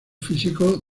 físicos